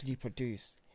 produce